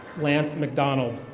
lance mcdonald.